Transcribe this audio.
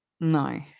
No